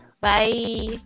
Bye